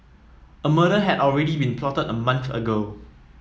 a murder had already been plotted a month ago